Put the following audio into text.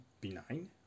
benign